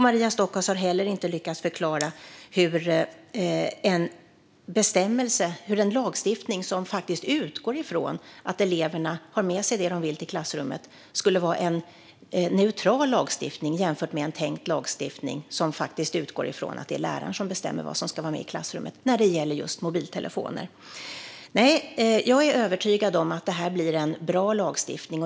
Maria Stockhaus har heller inte lyckats förklara hur en lagstiftning som utgår från att eleverna har med sig det de vill till klassrummet skulle vara en neutral lagstiftning, jämfört med en tänkt lagstiftning som utgår från att det är läraren som bestämmer vad som ska vara med i klassrummet när det gäller just mobiltelefoner. Jag är övertygad om att det här blir en bra lagstiftning.